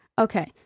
okay